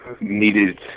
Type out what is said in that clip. needed